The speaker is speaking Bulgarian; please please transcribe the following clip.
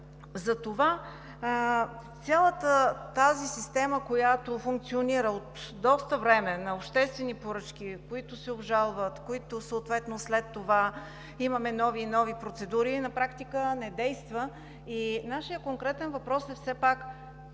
Затова цялата тази система, която функционира от доста време – на обществени поръчки, които се обжалват, съответно след това имаме нови и нови процедури, на практика не действа. Нашият конкретен въпрос е: все пак